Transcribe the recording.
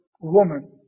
woman